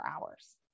hours